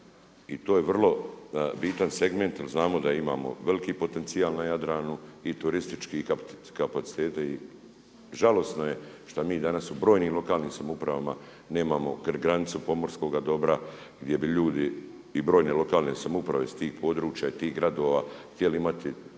I to je vrlo bitan segment jer znamo da imamo veliki potencijal na Jadranu i turistički i kapacitete. I žalosno je što mi danas u brojnim lokalnim samoupravama nemamo granicu pomorskoga dobra gdje bi ljudi i brojne lokalne samouprave sa tih područja i tih gradova htjeli imati